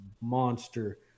monster